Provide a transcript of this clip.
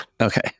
Okay